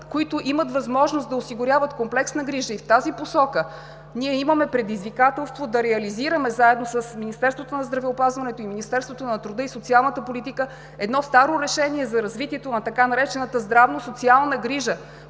които имат възможност да осигуряват комплексна грижа, и в тази посока ние имаме предизвикателство да реализираме, заедно с Министерството на здравеопазването и Министерството на труда и социалната политика, едно старо решение за развитието на така наречената „здравно-социална грижа“,